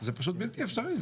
זה פשוט בלתי אפשרי,